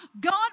God